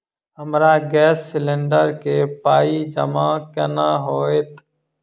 हमरा gas cylinder केँ पाई जमा केना हएत?